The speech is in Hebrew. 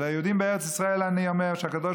ליהודים בארץ ישראל אני אומר שהקדוש